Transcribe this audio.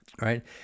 right